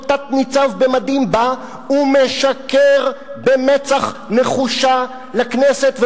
תת-ניצב במדים בא ומשקר במצח נחושה לכנסת,